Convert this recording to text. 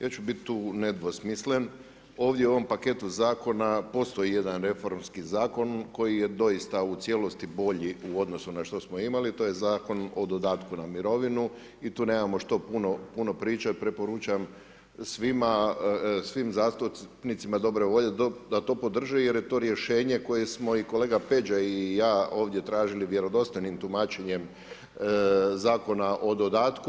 Ja ću biti tu nedvosmislen, ovdje u ovom paketu zakona postoji jedan reformski zakon koji je doista u cijelosti bolji u odnosu na što smo imali, to je Zakon o dodatku na mirovinu i tu nemamo što puno pričati, preporučam svima, svima zastupnicima dobre volje da to podrži jer je to rješenje koje smo i kolega Peđa i ja ovdje tražili vjerodostojnim tumačenjem Zakona o dodatku.